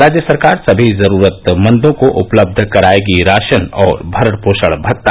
राज्य सरकार सभी जरूरतमंदों को उपलब्ध करायेगी राशन और भरण पोषण भत्ता